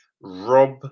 Rob